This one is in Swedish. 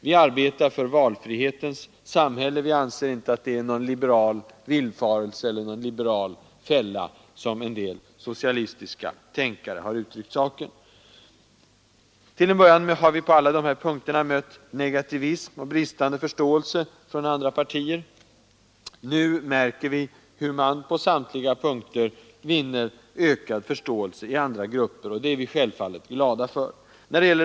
Vi arbetar för valfrihetens samhälle och anser inte att detta är någon liberal villfarelse eller någon liberal fälla, som en del socialistiska tänkare har uttryckt saken. Till att börja med har vi på alla dessa punkter mött negativism från andra partier, men nu märker vi hur samtliga dessa krav vinner ökad förståelse i andra grupper. Detta är vi självfallet glada för.